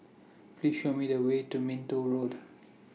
Please Show Me The Way to Minto Road